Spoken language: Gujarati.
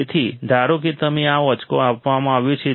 તેથી ધારો કે તમને આ આંકડો આપવામાં આવ્યો છે